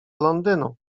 londynu